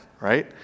right